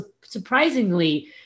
surprisingly